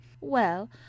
Well